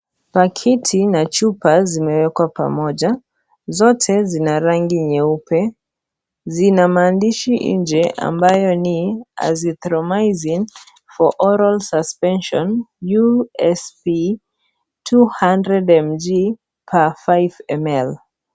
Pakiti na chupa zimewekwa pamoja. Zote zina rangi nyeupe. zina maandishi nje ambayo ni azithromycin for oral suspension USP 200mg per 5ml